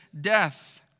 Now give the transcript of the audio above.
death